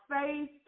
faith